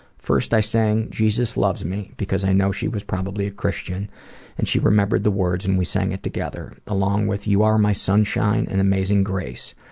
first i sang jesus loves me because i know she was probably a christian and she remembered the words and we sang it together along with you are my sunshine and amazing grace.